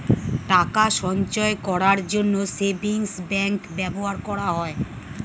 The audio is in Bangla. টাকা সঞ্চয় করার জন্য সেভিংস ব্যাংক ব্যবহার করা হয়